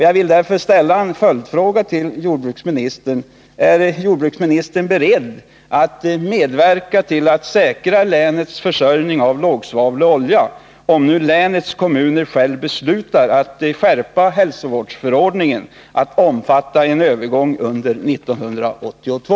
Jag vill ställa en följdfråga: Är jordbruksministern beredd att medverka till att säkra länets försörjning av lågsvavlig olja, om länets kommuner själva beslutar att skärpa hälsovårdsförordningen till att gälla övergång till lågsvavlig olja under 1982?